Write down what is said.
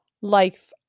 life